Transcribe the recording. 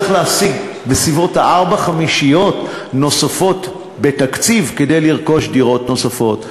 צריך להשיג בסביבות ארבע-חמישיות נוספות בתקציב כדי לרכוש דירות נוספות.